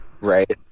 Right